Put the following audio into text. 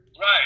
right